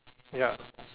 ya